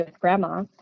grandma